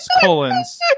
Colons